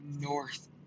North